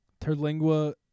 Terlingua